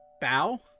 bow